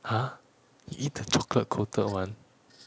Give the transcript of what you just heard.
!huh! you eat chocolate coated one